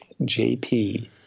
JP